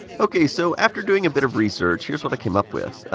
ok, so after doing a bit of research, here's what i came up with.